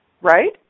right